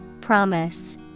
Promise